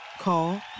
Call